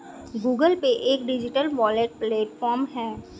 Google Pay एक digital wallet platform है